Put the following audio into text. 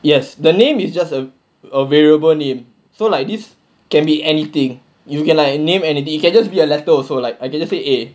yes the name is just a a variable name so like this can be anything you can like name anything you can just be a letter also like let say eh